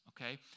okay